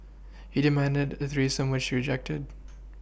he demanded a threesome which she rejected